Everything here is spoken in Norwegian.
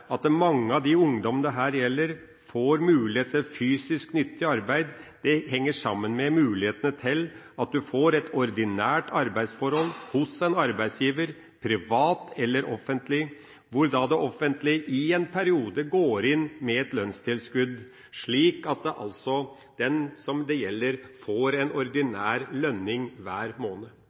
at mange av de ungdommene dette gjelder, får muligheten til et fysisk, nyttig arbeid henger sammen med mulighetene for at man får et ordinært arbeidsforhold hos en arbeidsgiver – privat eller offentlig – hvor det offentlige i en periode går inn med et lønnstilskudd, slik at den det gjelder, får en ordinær lønning hver måned.